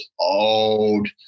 old